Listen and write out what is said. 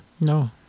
No